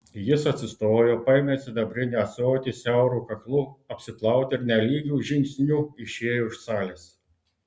jis atsistojo paėmė sidabrinį ąsotį siauru kaklu apsiplauti ir nelygiu žingsniu išėjo iš salės